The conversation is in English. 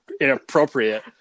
inappropriate